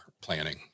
planning